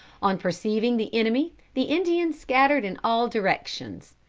on perceiving the enemy the indians scattered in all directions.